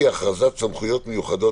הראשון: הצעת תקנות סמכויות מיוחדות